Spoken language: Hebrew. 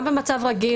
גם במצב רגיל,